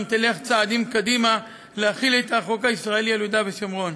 גם תלך צעדים קדימה להחיל את החוק הישראלי על יהודה והשומרון.